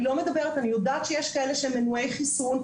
אני יודעת שיש כאלה שהם מנועי חיסון,